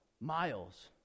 miles